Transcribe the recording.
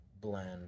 blend